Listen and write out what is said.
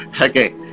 Okay